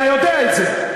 אתה יודע את זה.